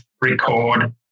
record